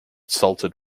salted